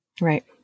right